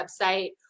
website